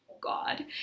God